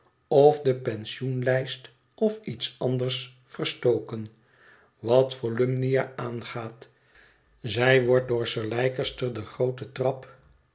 of de pensioenlijst of iets anders verstoken wat volumnia aangaat zij wordt door sir leicester de groote trap